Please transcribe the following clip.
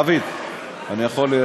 דוד, אני יכול,